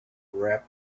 rap